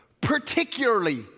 particularly